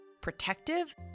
protective